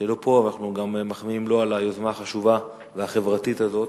שלא פה אבל אנחנו מחמיאים גם לו על היוזמה החשובה והחברתית הזאת,